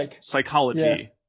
psychology